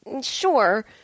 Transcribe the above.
sure